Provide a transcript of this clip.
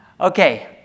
Okay